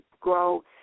grow